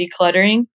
decluttering